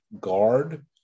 guard